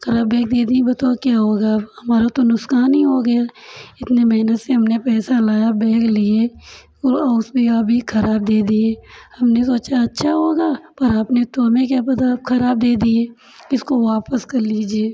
खराब बैग दे दिए बताओ क्या होगा अब हमारा तो नुकसान ही हो गया इतने महीने से हमने पैसा लाया बैग लिए और ओ उसमें यह भी खराब दे दिए हमने सोचा अच्छा होगा पर आपने तो हमें क्या पता आप खराब दे दिए इसको वापस कर लीजिए